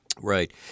Right